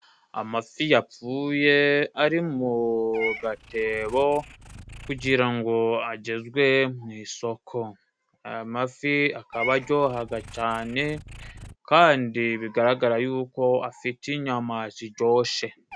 Amafi yapfuye ari mu gatebo kugira ngo agezwe mu isoko. Ayo mafi akaba ajyohaga cyane kandi bigaragara yuko afite inyama zijyoshe.